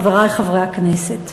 חברי חברי הכנסת,